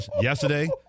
yesterday